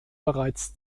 bereits